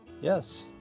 yes